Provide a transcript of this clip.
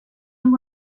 amb